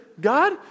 God